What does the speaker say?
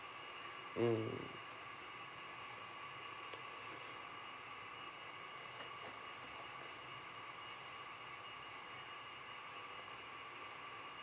mm